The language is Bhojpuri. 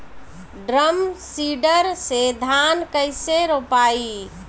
ड्रम सीडर से धान कैसे रोपाई?